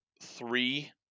three